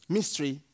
Mystery